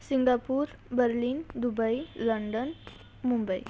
Singapore Berlin Dubai London Mumbai